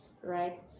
right